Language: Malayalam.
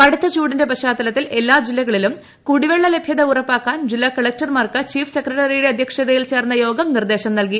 കടുത്ത ചൂടിന്റെ പശ്ചാത്തലത്തിൽ എല്ലാ ജില്ലകളിലും കുടിവെള്ള ലഭ്യത ഉറപ്പാക്കാൻ ജില്ലാ കളക്ടർമാർക്ക് ചീഫ് സെക്രട്ടറിയുടെ അധ്യക്ഷതയിൽ ചേർന്ന യോഗം നിർദ്ദേശം നൽകി